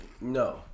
No